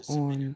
on